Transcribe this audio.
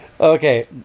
Okay